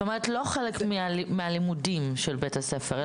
זאת אומרת, לא חלק מהלימודים של בית הספר.